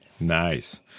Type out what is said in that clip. Nice